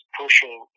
pushing